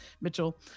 Mitchell